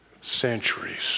centuries